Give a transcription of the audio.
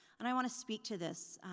and i want to speak to this,